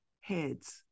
heads